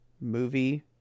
movie